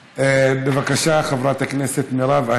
בבקשה, חברת הכנסת מרב.